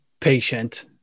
patient